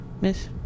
miss